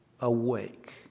awake